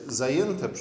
zajęte